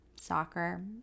soccer